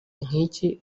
nk’iki